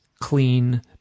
clean